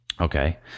Okay